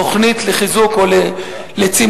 תוכנית לחיזוק הפריפריה הגיאוגרפית או לצמצום